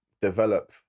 develop